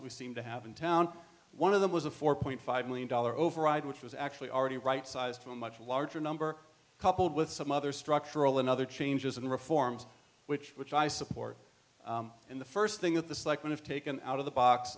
that we seem to have in town one of them was a four point five million dollar override which was actually already right sized to a much larger number coupled with some other structural and other changes and reforms which which i support and the first thing that this like would have taken out of the box